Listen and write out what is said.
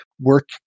work